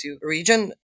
region